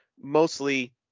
mostly